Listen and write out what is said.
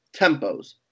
tempos